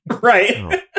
Right